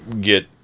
get